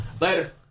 Later